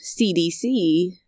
CDC